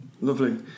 lovely